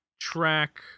track